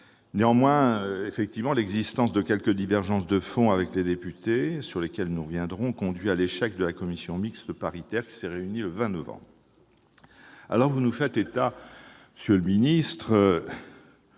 Néanmoins, l'existence de quelques divergences de fond avec les députés, sur lesquelles nous reviendrons, a conduit à l'échec de la commission mixte paritaire qui s'est réunie le 20 novembre dernier. Vous faites état, monsieur